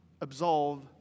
absolve